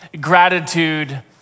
gratitude